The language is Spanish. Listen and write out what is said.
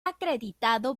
acreditado